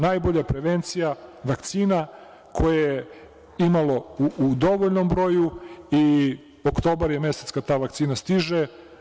Najbolja prevencija vakcina koje je imalo u dovoljnom broju i oktobar je mesec kada ta vakcina stiže.